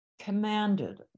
commanded